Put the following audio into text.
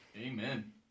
amen